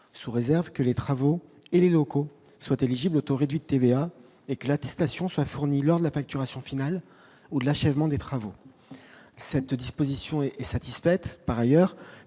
sous réserve que les travaux et les locaux soient éligibles au taux réduit de TVA soit fournis lors de la facturation finale au-delà Chevement des travaux, cette disposition est satisfaite par ailleurs